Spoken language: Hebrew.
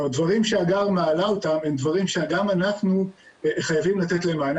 הדברים שהגר מעלה הם דברים שגם אנחנו חייבים לתת להם מענה,